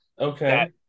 Okay